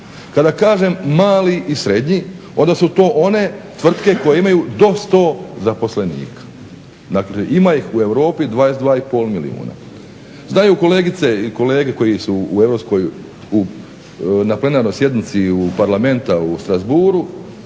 Kada kažem mali i srednji onda su to one tvrtke koje imaju do 100 zaposlenika. Dakle, ima ih u Europi 22,5 milijuna. Znaju kolegice i kolege koji su na plenarnoj sjednici Parlamenta u Strasbourgu